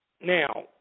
Now